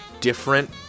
different